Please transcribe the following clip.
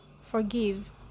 forgive